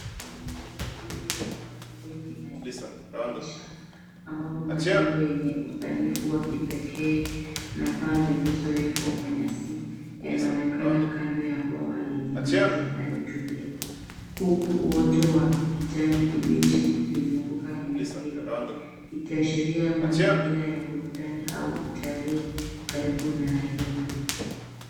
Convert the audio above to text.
Mandhari tulivu ya Mamba Village inajidhihirisha ambapo amajengo yenye usanifu wa kipekee na paa zilizowekwa kwa nyasi yanaonekana kando ya bwawa lenye maji yanayotulia. Huku uoto wa kijani kibichi ukizunguka eneo hilo, ikiashiria mazingira ya burudani au utalii karibu na Nairobi.